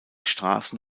straßen